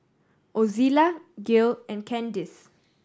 Ozella Gail and Candis